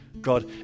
God